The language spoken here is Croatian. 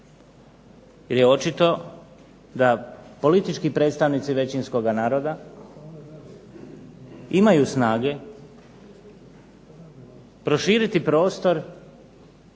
Jer je očito da politički predstavnici većinskoga naroda imaju snage proširiti prostor